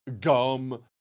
Gum